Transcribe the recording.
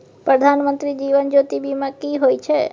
प्रधानमंत्री जीवन ज्योती बीमा की होय छै?